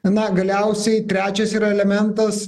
na galiausiai trečias yra elementas